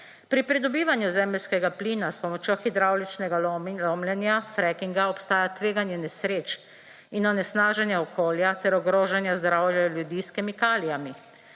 »Pri pridobivanju zemeljskega plina s pomočjo hidravličnega lomljenja freakinga obstaja tveganje nesreč in onesnaženje okolja ter ogrožanja zdravja ljudi s kemikalijami.